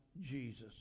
Jesus